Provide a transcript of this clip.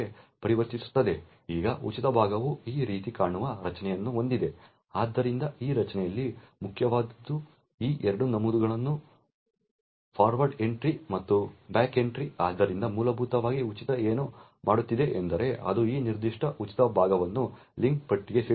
ಈಗ ಉಚಿತ ಭಾಗವು ಈ ರೀತಿ ಕಾಣುವ ರಚನೆಯನ್ನು ಹೊಂದಿದೆ ಆದ್ದರಿಂದ ಈ ರಚನೆಯಲ್ಲಿ ಮುಖ್ಯವಾದದ್ದು ಈ 2 ನಮೂದುಗಳು ಫಾರ್ವರ್ಡ್ ಎಂಟ್ರಿ ಮತ್ತು ಬ್ಯಾಕ್ ಎಂಟ್ರಿ ಆದ್ದರಿಂದ ಮೂಲಭೂತವಾಗಿ ಉಚಿತ ಏನು ಮಾಡುತ್ತಿದೆ ಎಂದರೆ ಅದು ಈ ನಿರ್ದಿಷ್ಟ ಉಚಿತ ಭಾಗವನ್ನು ಲಿಂಕ್ ಪಟ್ಟಿಗೆ ಸೇರಿಸಬಹುದು